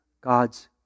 God's